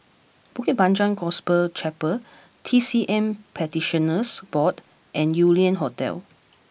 Bukit Panjang Gospel Chapel T C M Practitioners Board and Yew Lian Hotel